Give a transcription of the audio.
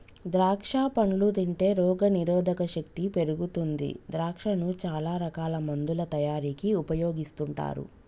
ద్రాక్షా పండ్లు తింటే రోగ నిరోధక శక్తి పెరుగుతుంది ద్రాక్షను చాల రకాల మందుల తయారీకి ఉపయోగిస్తుంటారు